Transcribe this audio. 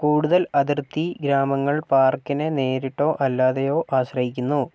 കൂടുതൽ അതിർത്തി ഗ്രാമങ്ങൾ പാർക്കിനെ നേരിട്ടോ അല്ലാതെയോ ആശ്രയിക്കുന്നു